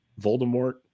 Voldemort